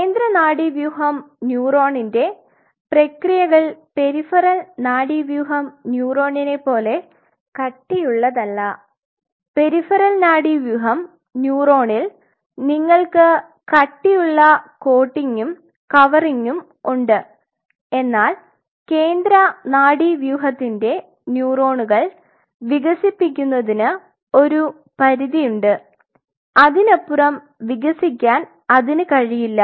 കേന്ദ്ര നാഡീവ്യൂഹം ന്യൂറോണിന്റെ പ്രക്രിയകൾ പെരിഫറൽ നാഡീവ്യൂഹം ന്യൂറോണിനെപ്പോലെ കട്ടിയുള്ളതല്ല പെരിഫറൽ നാഡീവ്യൂഹം ന്യൂറോണിൽ നിങ്ങൾക്ക് കട്ടിയുള്ള കോട്ടിംഗും കവറിംഗും ഉണ്ട് എന്നാൽ കേന്ദ്ര നാഡീവ്യൂഹത്തിന്റെ ന്യൂറോണുകൾ വികസിപ്പിപ്പിക്കുന്നതിന് ഒരു പരിധിയുണ്ട് അതിനപ്പുറം വികസിക്കാൻ അതിന് കഴിയില്ല